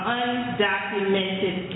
undocumented